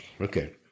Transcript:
Okay